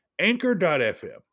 Anchor.fm